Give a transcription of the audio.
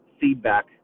feedback